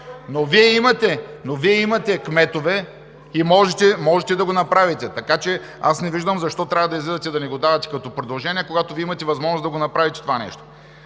Но Вие имате кметове и можете да го направите, така че аз не виждам защо трябва да излизате да ни го давате като предложение, когато Вие имате възможност да направите това нещо.